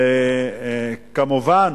כמובן,